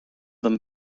them